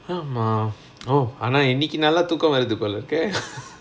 ஆமா:aamaa oh ஆனா இன்னிக்கு நல்லா தூக்கோ வருது போல இருக்கே:aanaa innikku nallaa thooko varuthu pola irukae